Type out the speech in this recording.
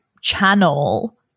channel